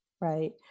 right